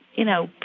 you know,